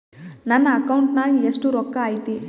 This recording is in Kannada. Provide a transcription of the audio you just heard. ನನ್ನ ಅಕೌಂಟ್ ನಾಗ ಎಷ್ಟು ರೊಕ್ಕ ಐತಿ?